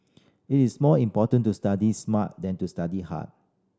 it is more important to study smart than to study hard